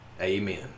Amen